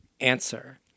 answer